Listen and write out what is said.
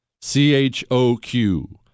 C-H-O-Q